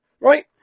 right